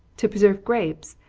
to preserve grapes,